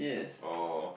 oh